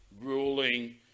ruling